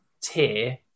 tier